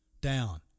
down